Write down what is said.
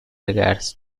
regards